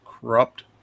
corrupt